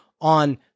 on